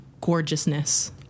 gorgeousness